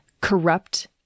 corrupt